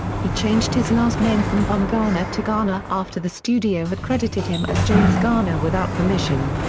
he changed his last name from bumgarner to garner after the studio had credited him as james garner without permission.